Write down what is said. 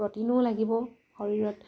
প্ৰটিনো লাগিব শৰীৰত